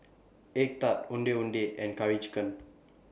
Egg Tart Ondeh Ondeh and Curry Chicken